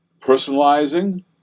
Personalizing